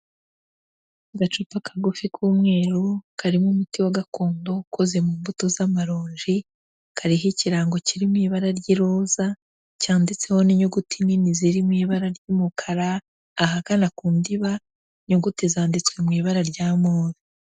Agacupa kagufi k'umweru, karimo umuti wa gakondo ukoze mu mbuto z'amaronji, kariho ikirango kirimo ibara ry'iroza, cyanditseho n'inyuguti nini zirimo ibara ry'umukara. Ahagana ku ndiba, inyuguti zanditswe mu ibara rya move.